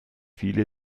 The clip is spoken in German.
viele